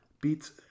Beats